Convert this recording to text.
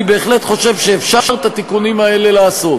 אני בהחלט חושב שאפשר את התיקונים האלה לעשות.